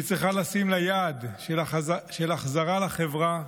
היא צריכה לשים לה יעד של החזרה לחברה,